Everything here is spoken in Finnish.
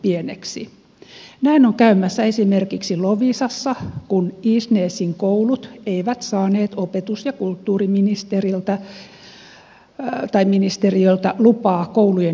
näin on käymässä esimerkiksi loviisassa kun isnäsin koulut eivät saaneet opetus ja kulttuuriministeriöltä lupaa koulujen yhdistämiseen